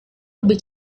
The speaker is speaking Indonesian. lebih